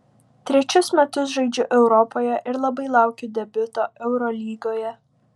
trečius metus žaidžiu europoje ir labai laukiu debiuto eurolygoje